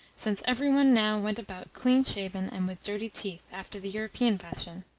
since every one now went about clean-shaven and with dirty teeth, after the european fashion.